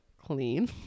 clean